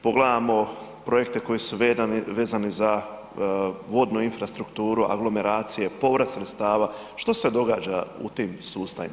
Pogledajmo projekte koji su vezani za vodnu infrastrukturu, aglomeracije, povrat sredstava, što se događa u tim sustavima?